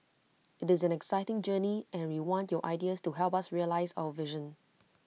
IT is an exciting journey and we want your ideas to help us realise our vision